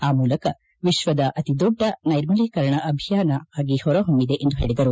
ಆ ಮೂಲಕ ವಿಶ್ವದ ಅತಿದೊದ್ದ ನೈರ್ಮಲೀಕರಣ ಅಭಿಯಾನ ಹೊರಹೊಮ್ಮಿದೆ ಎಂದು ಹೇಳಿದರು